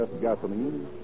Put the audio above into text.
gasoline